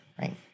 right